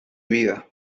vida